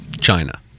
China